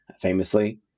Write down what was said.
famously